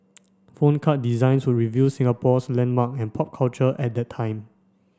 phone card designs would reveal Singapore's landmark and pop culture at that time